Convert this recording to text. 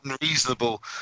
unreasonable